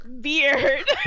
beard